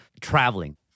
traveling